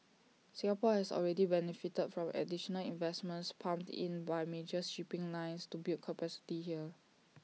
Singapore has already benefited from additional investments pumped in by major shipping lines to build capacity here